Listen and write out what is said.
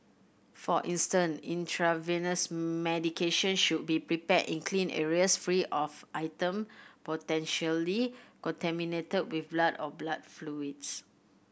for instance intravenous medication should be prepared in clean areas free of item potentially contaminated with blood or blood fluids